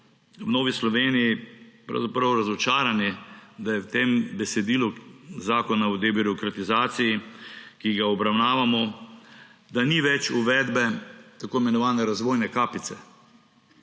v Novi Sloveniji pravzaprav razočarani, da v tem besedilu zakona o debirokratizaciji, ki ga obravnavamo, ni več uvedbe tako imenovane razvojne kapice.